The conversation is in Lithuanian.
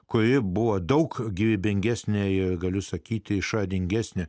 kuri buvo daug gyvybingesnė ją galiu sakyti išradingesni